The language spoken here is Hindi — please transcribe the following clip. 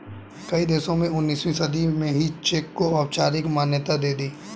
कई देशों ने उन्नीसवीं सदी में ही चेक को औपचारिक मान्यता दे दी